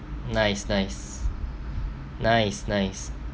nice nice nice nice